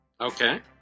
Okay